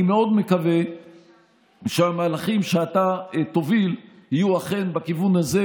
אני מאוד מקווה שהמהלכים שאתה תוביל יהיו אכן בכיוון הזה,